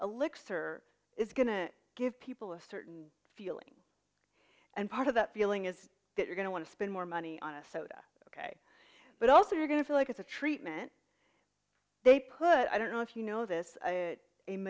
a licks or it's going to give people a certain feeling and part of that feeling is that we're going to want to spend more money on a soda ok but also you're going to feel like it's a treatment they put i don't know if you know this